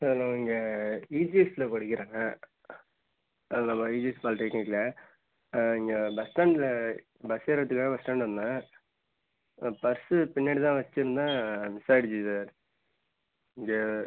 sir நான் இங்கே இஜிஎஸ்ல படிக்கிறேங்க அது நம்ம இஜிஎஸ் பாலிடெக்னிக்கில் இங்கே பஸ் ஸ்டாண்ட்டில் பஸ் ஏறுறத்துக்காக பஸ் ஸ்டாண்ட் வந்தேன் பர்ஸு பின்னாடி தான் வச்சிருந்தேன் மிஸ் ஆயிடுச்சு சார் இங்கே